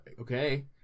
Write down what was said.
Okay